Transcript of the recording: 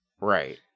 Right